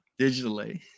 digitally